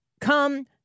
Come